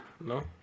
No